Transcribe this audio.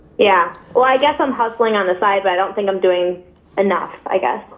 yeah. well i guess i'm hustling on the side, but i don't think i'm doing enough i guess.